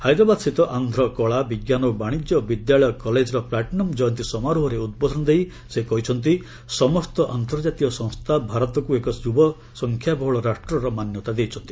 ହାଇଦ୍ରାବାଦସ୍ଥିତ ଆନ୍ଧ୍ର କଳା ବିଜ୍ଞାନ ଓ ବାଣିଜ୍ୟ ବିଦ୍ୟାଳୟ କଲେଜର ପ୍ଲାଟିନମ୍ ଜୟନ୍ତୀ ସମାରୋହରେ ଉଦ୍ବୋଧନ ଦେଇ ସେ କହିଛନ୍ତି ସମସ୍ତ ଅନ୍ତର୍ଜାତୀୟ ସଂସ୍ଥା ଭାରତକୁ ଏକ ଯୁବସଂଖ୍ୟାବହୁଳ ରାଷ୍ଟର ର ମାନ୍ୟତା ଦେଇଛନ୍ତି